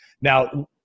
Now